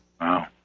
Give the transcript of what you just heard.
Wow